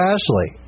Ashley